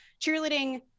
cheerleading